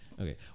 Okay